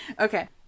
Okay